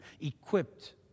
equipped